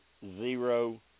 zero